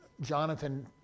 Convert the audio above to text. Jonathan